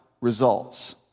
results